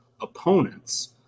opponents